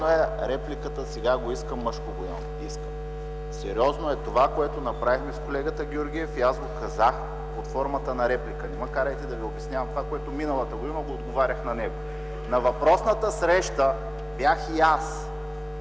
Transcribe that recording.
несериозна е репликата: „Сега го искам, мъжко го искам!”. Сериозно е това, което направихме с колегата Георгиев и аз го казах под формата на реплика. Не ме карайте да обяснявам това, което миналата година отговарях на него. На въпросната среща бях и аз